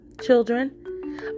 children